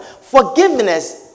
forgiveness